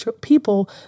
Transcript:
people